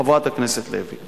חברת הכנסת לוי,